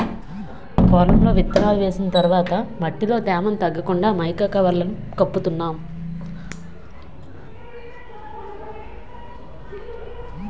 పొలంలో విత్తనాలు వేసిన తర్వాత మట్టిలో తేమ తగ్గకుండా మైకా కవర్లను కప్పుతున్నాం